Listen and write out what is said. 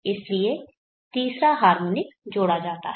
इसलिए तीसरा हार्मोनिक जोड़ा जाता है